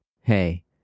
Hey